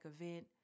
event